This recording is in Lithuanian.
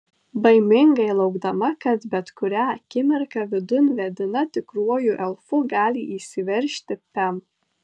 baimingai laukdama kad bet kurią akimirką vidun vedina tikruoju elfu gali įsiveržti pem